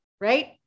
Right